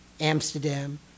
Amsterdam